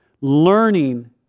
Learning